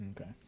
Okay